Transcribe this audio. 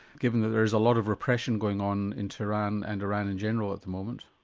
given that there is a lot of repression going on in tehran and iran in general at the moment?